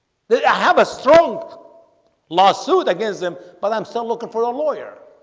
they have a strong lawsuit against them, but i'm still looking for a lawyer